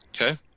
Okay